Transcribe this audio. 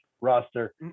roster